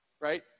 right